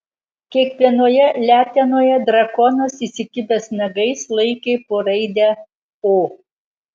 kiekvienoje letenoje drakonas įsikibęs nagais laikė po raidę o